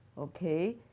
okay.